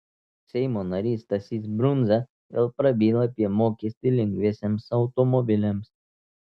seimo narys stasys brundza vėl prabyla apie mokestį lengviesiems automobiliams